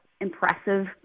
impressive